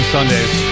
Sundays